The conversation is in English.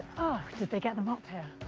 did they get them up here?